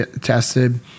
tested